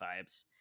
vibes